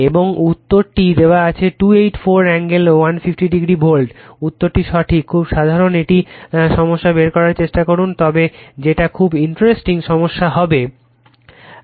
এবং উত্তরটি দেওয়া আছে 284 অ্যাঙ্গেল 150 o ভোল্ট উত্তরটি সঠিক খুব সাধারণ একটি সমস্যা বের করার চেষ্টা করুন তবে যেটা খুব ইন্টারেস্টিং সমস্যা হবে